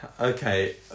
Okay